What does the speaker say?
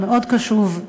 שמאוד קשוב,